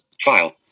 File